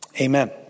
Amen